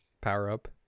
power-up